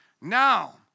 now